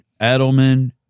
Edelman